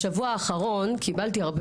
בשבוע האחרון קיבלתי הרבה